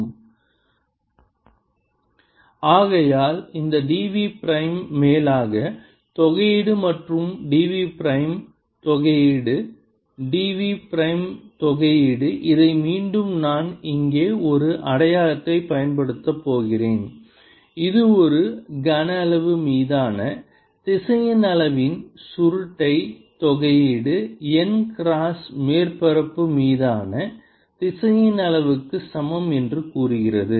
1r rMr×1r rMr 1r rMr Mr×1r r ×1r rMr1r rMr ஆகையால் இந்த dv prime மேலாக தொகையீடு மற்றும் இந்த dv பிரைம் தொகையீடு dv பிரைம் தொகையீடு இதை மீண்டும் நான் இங்கே ஒரு அடையாளத்தைப் பயன்படுத்தப் போகிறேன் இது ஒரு கனவளவு மீதான திசையன் அளவின் சுருட்டை தொகையீடு n கிராஸ் மேற்பரப்பு மீதான திசையன் அளவுக்கு சமம் என்று கூறுகிறது